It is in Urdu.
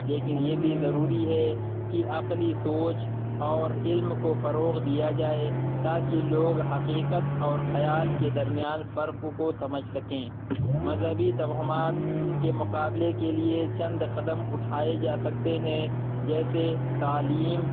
لیکن یہ بھی ضروری ہے کہ عقلی سوچ اور علم کو فروغ دیا جائے تاکہ لوگ حقیقت اور خیال کے درمیان فرق کو سمجھ سکیں مذہبی توہمات کے مقابلے کے لیے چند قدم اٹھائے جا سکتے ہیں جیسے تعلیم